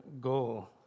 goal